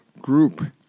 group